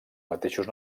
mateixos